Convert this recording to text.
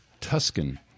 Tuscan